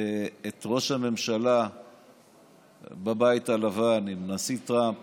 את ראש הממשלה בבית הלבן עם הנשיא טראמפ